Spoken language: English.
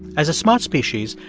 as a smart species,